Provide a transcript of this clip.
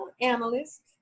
analyst